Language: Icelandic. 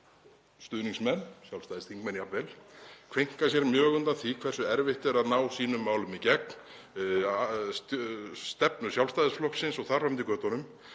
Sjálfstæðsstuðningsmenn, Sjálfstæðisþingmenn jafnvel, kveinka sér mjög undan því hversu erfitt er að ná sínum málum í gegn, stefnu Sjálfstæðisflokksins og þar fram eftir götunum.